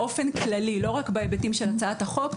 באופן כללי, לא רק בהיבטים של הצעת החוק.